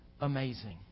amazing